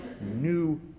new